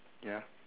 ya